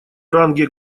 ранге